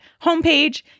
homepage